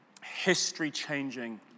history-changing